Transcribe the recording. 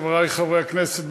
חברי חברי הכנסת,